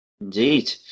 Indeed